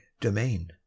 domain